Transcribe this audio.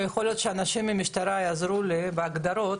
ויכול להיות שאנשים מהמשטרה יעזרו לי בהגדרות,